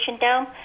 down